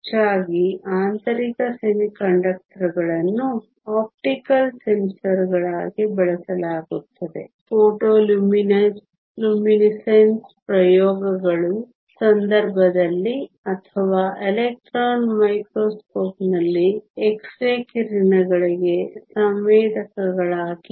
ಹೆಚ್ಚಾಗಿ ಆಂತರಿಕ ಅರೆವಾಹಕಗಳನ್ನು ಆಪ್ಟಿಕಲ್ ಸೆನ್ಸರ್ಗಳಾಗಿ ಬಳಸಲಾಗುತ್ತದೆ ಫೋಟೊಲ್ಯುಮಿನೆಸೆನ್ಸ್ ಪ್ರಯೋಗಗಳ ಸಂದರ್ಭದಲ್ಲಿ ಅಥವಾ ಎಲೆಕ್ಟ್ರಾನ್ ಮೈಕ್ರೋಸ್ಕೋಪ್ ನಲ್ಲಿ ಕ್ಷ ಕಿರಣಗಳಿಗೆ ಸಂವೇದಕಗಳಾಗಿ